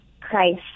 Christ